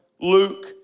Luke